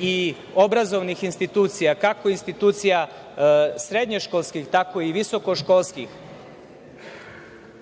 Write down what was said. i obrazovnih institucija, kako institucija srednjoškolskih, tako i visoko školskih,